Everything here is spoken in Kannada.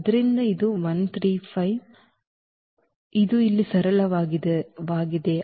ಆದ್ದರಿಂದ ಇದು 1 3 5 ಮತ್ತು ಇದು ಇಲ್ಲಿ ಸರಳವಾಗಿದೆ